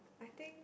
I think